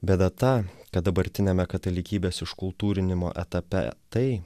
bėda ta kad dabartiniame katalikybės iškultūrinimo etape tai